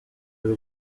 y’u